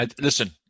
Listen